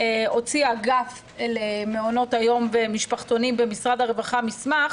הוציא האגף למעונות היום ומשפחתונים במשרד הרווחה מסמך